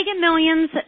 millions